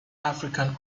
african